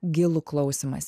gilų klausymąsi